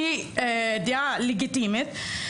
שהיא דעה לגיטימית.